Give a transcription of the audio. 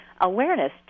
awareness